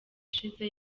ishize